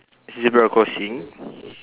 zebra crossing